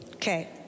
Okay